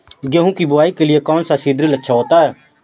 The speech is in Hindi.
गेहूँ की बुवाई के लिए कौन सा सीद्रिल अच्छा होता है?